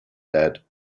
dead